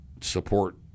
support